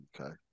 Okay